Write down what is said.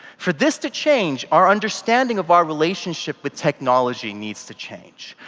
for this to change our understanding of our relationship with technology needs to change.